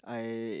I